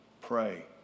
Pray